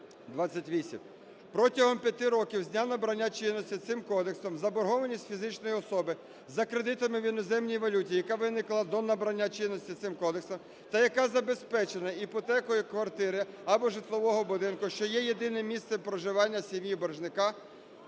28. Протягом п'яти років з набрання чинності цим Кодексом заборгованість фізичної особи за кредитами в іноземній валюті, яка виникла до набрання чинності цим Кодексом та яка забезпечена іпотекою квартири або житлового будинку, що є єдиним місцем проживання сім'ї боржника,